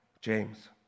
James